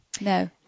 No